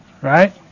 Right